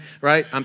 right